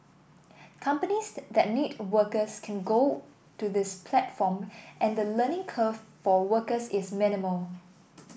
companies that need workers can go to this platform and the learning curve for workers is minimal